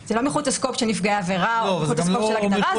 זה לא מחוץ ל-scope של נפגעי עבירה או מחוץ ל-scope של הגדרה.